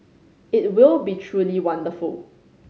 it will be truly wonderful